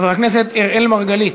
חבר הכנסת אראל מרגלית.